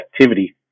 activity